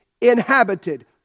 inhabited